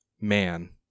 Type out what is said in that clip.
man